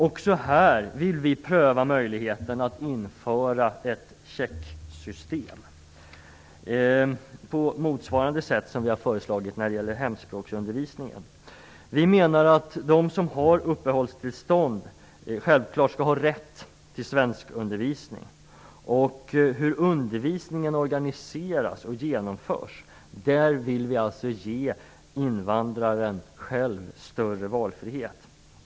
Också här vill vi pröva möjligheten att införa ett checksystem, på motsvarande sätt som vi har föreslagit när det gäller hemspråksundervisningen. Vi menar att de som har uppehållstillstånd självklart skall ha rätt till svenskundervisning. Vi vill dessutom ge invandraren större valfrihet när det gäller organiserandet och genomförandet av undervisningen.